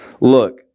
Look